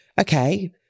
okay